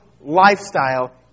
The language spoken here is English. lifestyle